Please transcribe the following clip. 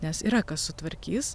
nes yra kas sutvarkys